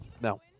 No